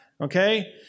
okay